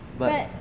but